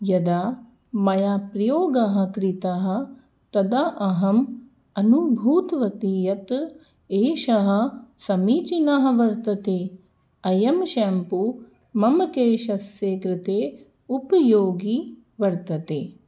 यदा मया प्रयोगः कृतः तदा अहम् अनुभूतवती यत् एषः समीचीनः वर्तते अयं शेम्पु मम केशस्य कृते उपयोगी वर्तते